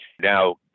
now